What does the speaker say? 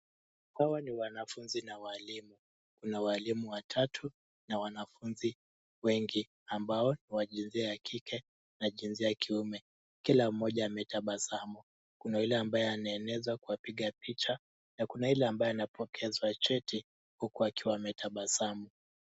Hawa ni wanafunzi na walimu. Kuna walimu watatu na wanafunzi wengi ambao ni wa jinsia ya kike na jinsia ya kiume. Kila moja ametabasamu. Kuna yule ambaye anaeneza kuwapiga picha na kuna yule ambaye anapokezwa cheti huku akiwa ametabasamu.